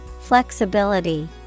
Flexibility